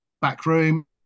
backroom